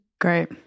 Great